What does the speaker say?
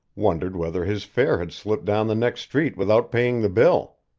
wondered whether his fare had slipped down the next street without paying the bill.